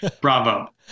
Bravo